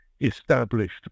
established